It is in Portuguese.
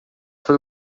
foi